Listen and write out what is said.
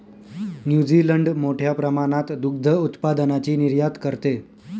New Zealand मोठ्या प्रमाणात दुग्ध उत्पादनाची निर्यात करते